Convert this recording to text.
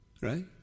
Right